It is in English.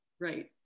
Right